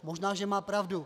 Možná že má pravdu.